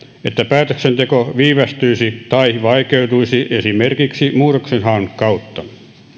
että päätöksenteko viivästyisi tai vaikeutuisi esimerkiksi muutoksenhaun kautta